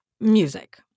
Music